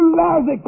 lousy